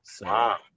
Wow